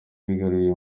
wigaruriye